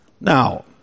Now